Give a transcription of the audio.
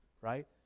Right